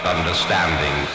Understanding